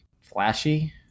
Flashy